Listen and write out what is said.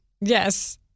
Yes